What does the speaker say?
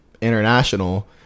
international